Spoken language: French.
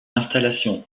installations